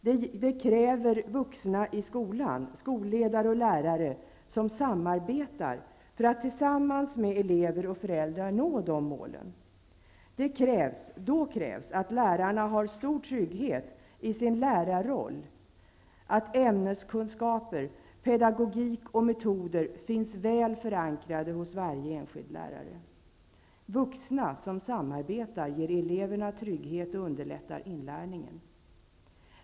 Det kräver vuxna i skolan, skolledare och lärare som samarbetar för att tillsammans med elever och föräldrar nå de målen. Då krävs att lärarna har stor trygghet i sin lärarroll, att ämneskunskaper, pedagogik och metoder finns väl förankrade hos varje enskild lärare. Vuxna som samarbetar ger eleverna trygghet och underlättar inlärningen.